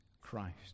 Christ